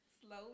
slowly